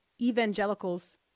evangelicals